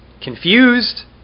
confused